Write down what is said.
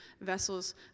vessels